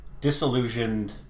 disillusioned